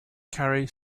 carry